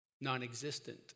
non-existent